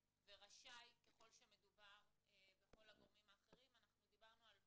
ורשאי ככל שמדובר בכל הגורמים האחרים אנחנו דיברנו על הורים,